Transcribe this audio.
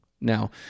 Now